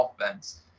offense